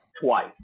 twice